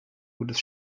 gutes